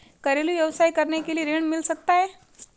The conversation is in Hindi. घरेलू व्यवसाय करने के लिए ऋण मिल सकता है?